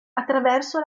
attraverso